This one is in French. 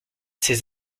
ses